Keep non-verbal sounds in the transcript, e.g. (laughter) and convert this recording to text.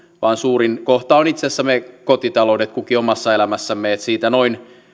vaan suurin kohta on itse asiassa me kotitaloudet kukin omassa elämässämme siitä noin (unintelligible)